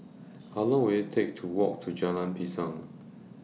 How Long Will IT Take to Walk to Jalan Pisang